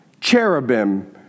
cherubim